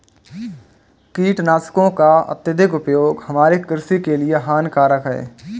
कीटनाशकों का अत्यधिक उपयोग हमारे कृषि के लिए हानिकारक है